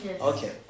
Okay